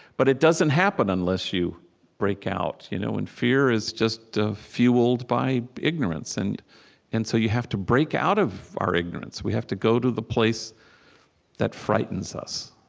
but it doesn't happen unless you break out. you know and fear is just fueled by ignorance. and and so you have to break out of our ignorance. we have to go to the place that frightens us,